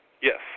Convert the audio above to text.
Yes